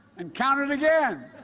and counted again!